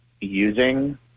using